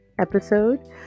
episode